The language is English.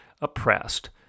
oppressed